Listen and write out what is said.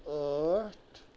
ٲٹھ